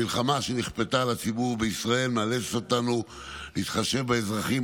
המלחמה שנכפתה על הציבור בישראל מאלצת אותנו להתחשב באזרחים,